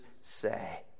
say